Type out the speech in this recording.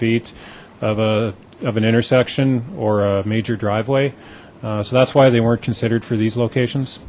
feet of a of an intersection or a major driveway so that's why they weren't considered for these locations